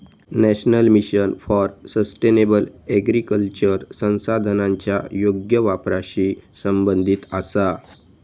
national mission for sustainable agriculture संसाधनांच्या योग्य वापराशी संबंधित आसा